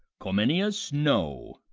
cominius, no.